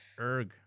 Erg